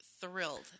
thrilled